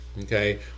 Okay